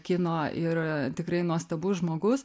kino ir tikrai nuostabus žmogus